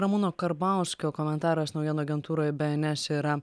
ramūno karbauskio komentaras naujienų agentūroje bns yra